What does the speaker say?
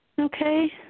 Okay